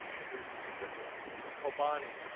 but these are some good ones. this is kobane,